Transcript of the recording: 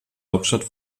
hauptstadt